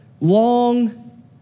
long